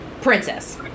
princess